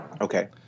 Okay